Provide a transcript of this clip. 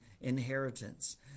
inheritance